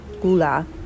gula